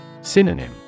Synonym